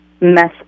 mess